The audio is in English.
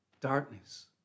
darkness